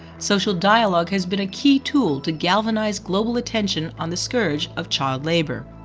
social dialogue has been a key tool to galvanise global attention on the scourge of child labour.